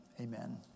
Amen